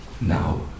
Now